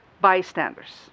bystanders